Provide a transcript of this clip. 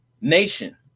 nation